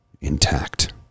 intact